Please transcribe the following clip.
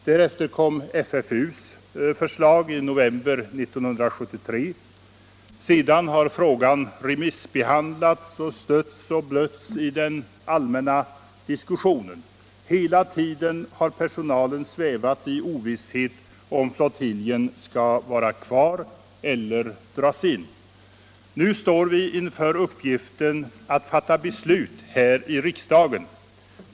Därefter kom FFU:s förslag i november 1973. Sedan har frågan remissbehandlats och stötts och blötts i den allmänna diskussionen. Hela tiden har personalen svävat i ovisshet om huruvida flottiljen skall vara kvar eller dras in. Nu står vi inför uppgiften att fatta beslut här i riksdagen.